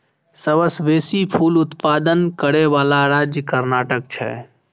सबसं बेसी फूल उत्पादन करै बला राज्य कर्नाटक छै